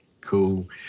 Cool